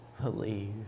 believe